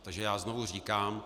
Takže znovu říkám.